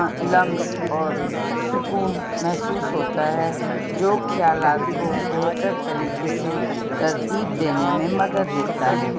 لمس اور سکون محسوس ہوتا ہے جو خیالات کو بہتر طریقے سے ترتیب دینے میں مدد دیتا ہے